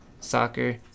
soccer